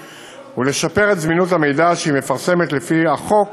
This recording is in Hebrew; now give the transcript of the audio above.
ולשפר את זמינות המידע שהיא מפרסמת לפי החוק,